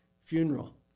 funeral